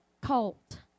colt